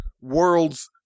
world's